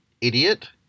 idiot